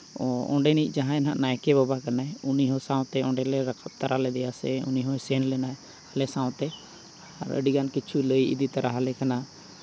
ᱚᱸᱰᱮᱱᱤᱡ ᱡᱟᱦᱟᱸᱭ ᱦᱟᱸᱜ ᱱᱟᱭᱠᱮ ᱵᱟᱵᱟ ᱠᱟᱱᱟᱭ ᱩᱱᱤ ᱥᱟᱶᱛᱮ ᱚᱸᱰᱮ ᱞᱮ ᱨᱟᱠᱟᱵ ᱛᱚᱨᱟ ᱞᱮᱫᱮᱭᱟ ᱥᱮ ᱩᱱᱤ ᱦᱚᱭ ᱥᱮᱱ ᱞᱮᱱᱟᱭ ᱟᱞᱮ ᱥᱟᱶᱛᱮ ᱟᱨ ᱟᱹᱰᱤ ᱜᱟᱱ ᱠᱤᱪᱷᱩ ᱞᱟᱹᱭ ᱤᱫᱤ ᱛᱟᱨᱟ ᱠᱟᱱᱟ